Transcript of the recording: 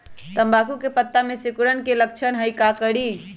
तम्बाकू के पत्ता में सिकुड़न के लक्षण हई का करी?